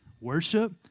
worship